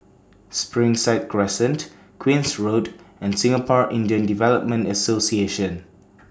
Springside Crescent Queen's Road and Singapore Indian Development Association